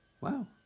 Wow